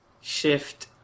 shift